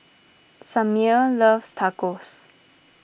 Samir loves Tacos